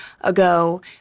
ago